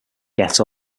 get